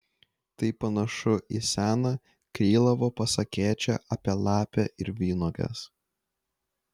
tai panašu į seną krylovo pasakėčią apie lapę ir vynuoges